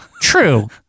True